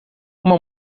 uma